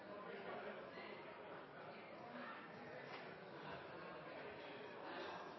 ha å si for